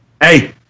hey